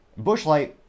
Bushlight